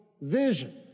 vision